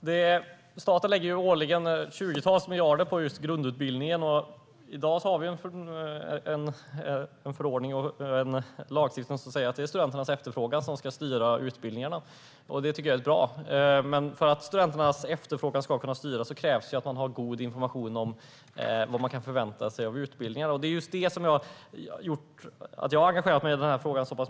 Herr talman! Staten lägger årligen tjugotals miljarder på grundutbildningen. I dag har vi en förordning och lagstiftning som säger att studenternas efterfrågan ska styra utbildningarna. Detta tycker jag är bra. Men för att studenternas efterfrågan ska kunna styra krävs det att de har god information om vad de kan förvänta sig av utbildningen. Just detta har gjort att jag har engagerat mig mycket i frågan.